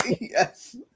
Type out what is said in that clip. Yes